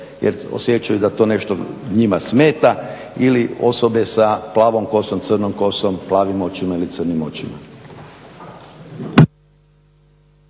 jer osjećaju da to nešto njima smeta ili osobe sa plavom kosom, crnom kosom, plavim očima ili crnim očima.